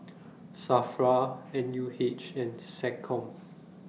SAFRA N U H and Seccom